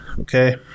okay